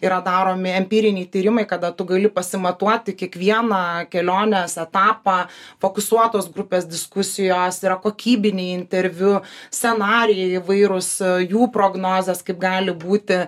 yra daromi empiriniai tyrimai kada tu gali pasimatuoti kiekvieną kelionės etapą fokusuotos grupės diskusijos yra kokybiniai interviu scenarijai įvairūs jų prognozės kaip gali būti